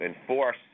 enforce